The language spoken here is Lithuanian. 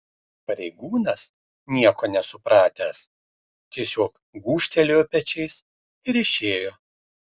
pareigūnas nieko nesupratęs tiesiog gūžtelėjo pečiais ir išėjo